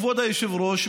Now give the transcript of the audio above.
כבוד היושב-ראש,